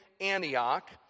Antioch